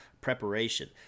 preparation